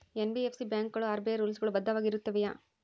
NBFC ಬ್ಯಾಂಕುಗಳು RBI rules ಗಳು ಬದ್ಧವಾಗಿ ಇರುತ್ತವೆಯ?